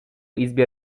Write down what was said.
izbie